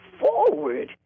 forward